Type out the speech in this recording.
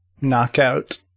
Knockout